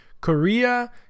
Korea